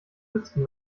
wüssten